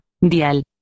dial